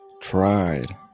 tried